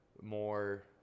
more